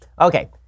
Okay